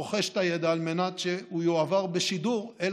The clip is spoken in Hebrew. רוכש את הידע על מנת שהוא יועבר בשידור אל